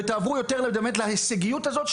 ותעברו באמת להישגיות הזאת,